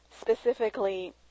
specifically